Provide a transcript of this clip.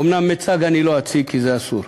אומנם מיצג אני לא אציג, כי זה אסור,